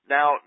Now